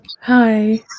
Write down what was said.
Hi